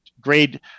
grade